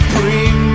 Bring